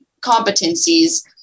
competencies